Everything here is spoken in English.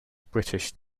british